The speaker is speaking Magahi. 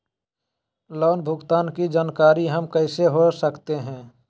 लोन भुगतान की जानकारी हम कैसे हो सकते हैं?